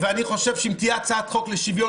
אני חושב שאם תהיה הצעת חוק לשוויון